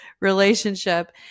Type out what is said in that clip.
relationship